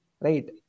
right